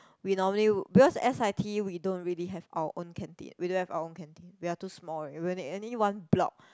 we normally because s_i_t we don't really have our own canteen we don't have our own canteen we are too small already we are only one block